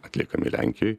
atliekami lenkijoj